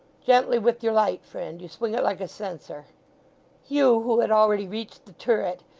gently with your light, friend. you swing it like a censer hugh, who had already reached the turret,